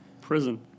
Prison